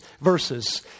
verses